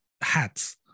hats